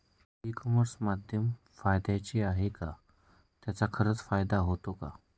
E commerce माध्यम फायद्याचे आहे का? त्याचा खरोखर फायदा होतो का?